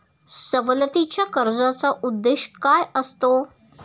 सवलतीच्या कर्जाचा उद्देश काय असतो?